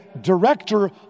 director